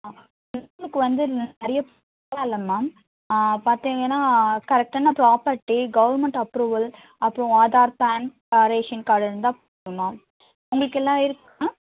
ஆ எங்களுக்கு வந்து நீங்கள் நிறைய இல்லை மேம் பார்த்தீங்கன்னா கரெக்டான ப்ராப்பர்ட்டி கவுர்மெண்ட் அப்ரூவல் அப்புறம் ஆதார் பேன் ரேஷன் கார்ட் இருந்தால் போதும் மேம் உங்களுக்கு எல்லாம் இருக்கா மேம்